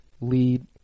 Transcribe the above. lead